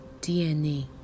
DNA